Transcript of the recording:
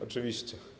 Oczywiście.